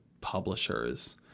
publishers